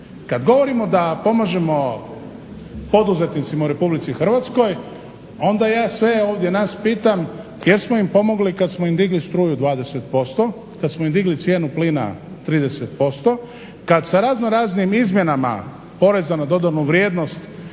kada govorimo da pomažemo poduzetnicima u RH onda ja sve ovdje nas pitam, jesmo im pomogli kada smo im digli struju 20%, kada smo im digli cijenu plina 30%, kada sa raznoraznim izmjenama poreza na dodanu vrijednost